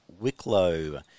Wicklow